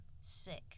sick